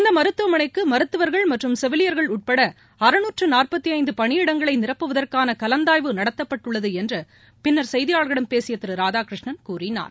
இந்த மருத்துவமனைக்கு மருத்துவர்கள் மற்றும் செவிலியர்கள் உட்பட நிரப்புவதற்கான கலந்தாய்வு நடத்தப்பட்டுள்ளது என்று பின்னர் செய்தியாளர்களிடம் பேசிய திரு ராதாகிருஷ்ணன் கூறினார்